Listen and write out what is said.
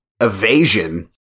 Evasion